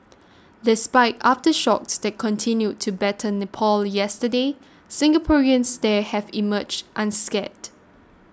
despite aftershocks that continued to batter Nepal yesterday Singaporeans there have emerged unscathed